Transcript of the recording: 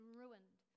ruined